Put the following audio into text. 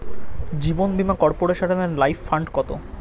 জীবন বীমা কর্পোরেশনের life fund কত?